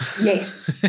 Yes